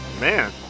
Man